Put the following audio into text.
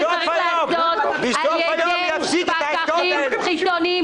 זה צריך להיעשות על ידי פקחים חיצוניים,